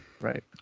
right